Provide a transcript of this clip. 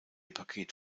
paket